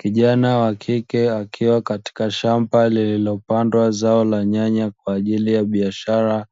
Kijana wa kike akiwa katika shamba lililopandwa zao la nyanya kwa ajili ya biashara